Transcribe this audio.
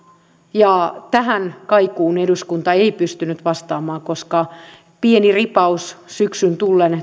ja tähän kaikuun eduskunta ei pystynyt vastaamaan koska pieni ripaus työllisyysmäärärahoja syksyn tullen